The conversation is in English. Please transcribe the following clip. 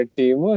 team